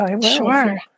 Sure